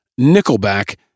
Nickelback